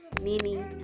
Nini